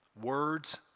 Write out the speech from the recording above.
Words